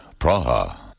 Praha